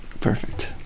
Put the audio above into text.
perfect